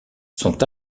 sont